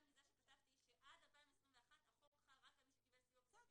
כי זה חל מזה שכתבתי שעד 2021 החוק חל רק על מי שקיבל סיוע כספי.